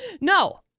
No